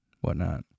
whatnot